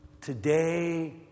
Today